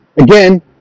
again